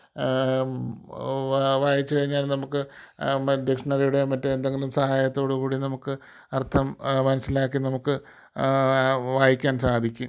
വായിച്ചുകഴിഞ്ഞാൽ നമുക്ക് ഡിക്ഷ്ണറിയുടെയും മറ്റെന്തെങ്കിലും സഹായത്തോടു കൂടി നമുക്ക് അർത്ഥം മനസ്സിലാക്കി നമുക്ക് വായിക്കാൻ സാധിക്കും